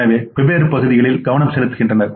எனவே வெவ்வேறு பகுதிகளில் கவனம் செலுத்துகின்றனர்